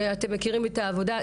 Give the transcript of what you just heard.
אתם מכירים את העבודה.